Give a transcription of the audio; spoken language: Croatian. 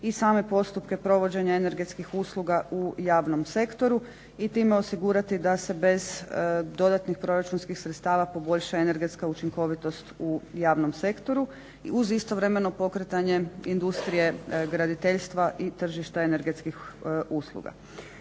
i same postupke provođenja energetskih usluga u javnom sektoru i time osigurati da se bez dodatnih proračunskih sredstava poboljša energetska učinkovitost u javnom sektoru uz istovremeno pokretanje industrije graditeljstva i tržišta energetskih usluga.